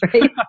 right